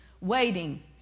waiting